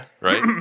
Right